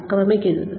ആക്രമിക്കരുത്